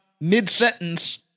mid-sentence